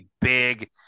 big